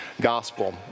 gospel